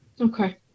Okay